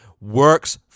works